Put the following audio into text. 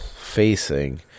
facing